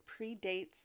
predates